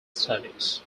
studies